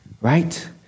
right